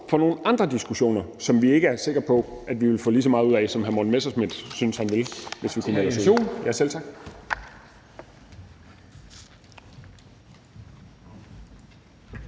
for nogle andre diskussioner, som vi ikke er sikre på at vi ville få lige så meget ud af, som hr. Morten Messerschmidt synes han vil.